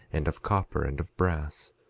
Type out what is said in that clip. and of copper, and of brass.